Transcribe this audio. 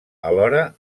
alhora